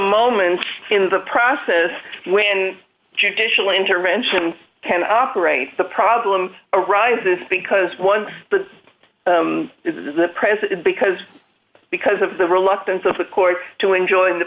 moment in the process when judicial intervention can operate the problem arises because one is the president because because of the reluctance of the court to enjoying the